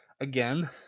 again